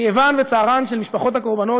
כאבן וצערן של משפחות הקורבנות,